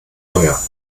teuer